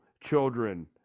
children